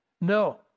No